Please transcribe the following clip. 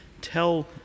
tell